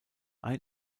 ein